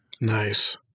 Nice